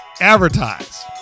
advertise